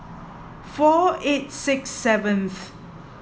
four eight six seventh